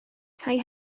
tai